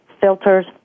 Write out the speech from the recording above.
filters